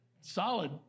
solid